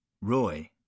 Roy